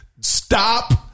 Stop